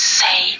say